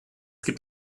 gibt